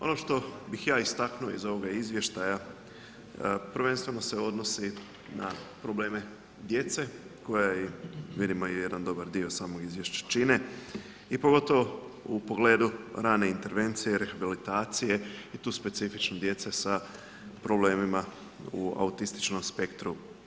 Ono što bih ja istaknuo iz ovoga izvještaja prvenstveno se odnosi na probleme djece koja vidimo je jedan dobar dio samog izvješća čine i pogotovo u pogledu rane intervencije, rehabilitacije i te specifične djece sa problemima u autističnom spektru.